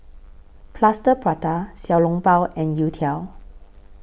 Plaster Prata Xiao Long Bao and Youtiao